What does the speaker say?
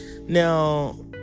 Now